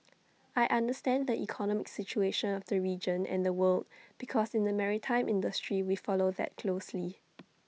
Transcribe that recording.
I understand the economic situation of the region and the world because in the maritime industry we follow that closely